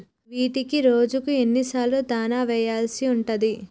వీటికి రోజుకు ఎన్ని సార్లు దాణా వెయ్యాల్సి ఉంటది?